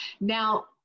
Now